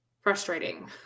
frustrating